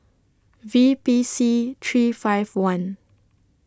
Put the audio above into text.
V P C three five one